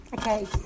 Okay